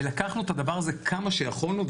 לקחנו את הדבר כמה שיכולנו,